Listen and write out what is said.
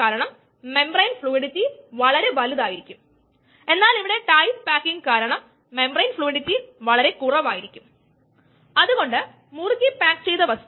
കൂടാതെ ആ delta S delta t എന്നത് ടൈംന്റെ മിഡ്പ്പോയ്ന്റ് ആയി എടുക്കുന്നു അതായത് അങ്ങനെയാണ് നമ്മൾ അത് ചെയ്യേണ്ടത്